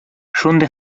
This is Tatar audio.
шундый